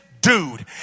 dude